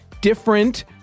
different